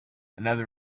another